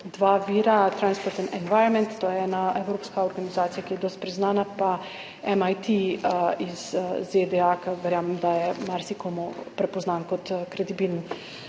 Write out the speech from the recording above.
dva vira, Transport & Environment, to je ena evropska organizacija, ki je precej priznana, in MIT iz ZDA, ki verjamem, da je marsikomu poznan kot kredibilen